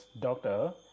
doctor